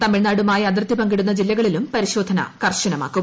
തമിഴ്നാടുമായി അതിർത്തി പങ്കിടുന്ന ജില്ലകളിലും പരിശോധന കർശനമാക്കും